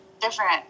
different